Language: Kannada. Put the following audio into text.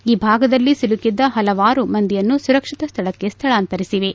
ಈ ಭಾಗದಲ್ಲಿ ಸಿಲುಕಿದ್ದ ಪಲವಾರು ಮಂದಿಯನ್ನು ಸುರಕ್ಷಿತ ಸ್ಥಳಕ್ಕೆ ಸ್ಥಳಾಂತರಿಸಿವೆ